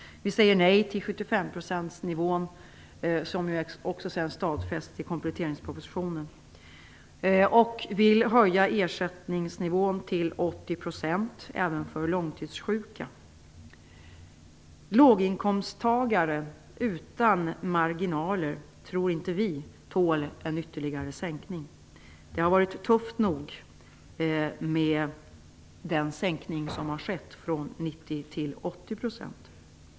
Vi säger nej till 75-procentsnivån, som också sedan stadfästs i kompletteringspropositionen, och vill höja ersättningsnivån till 80 % även för långtidssjuka. Låginkomsttagare utan marginaler tror inte vi tål inte en ytterligare sänkning. Det har varit tufft nog med den sänkning som har skett från 90 % till 80 %.